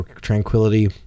tranquility